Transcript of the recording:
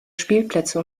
spielplätze